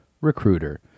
Recruiter